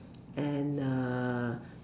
and uh